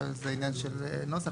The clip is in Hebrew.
אבל זה עניין של נוסח.